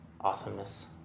awesomeness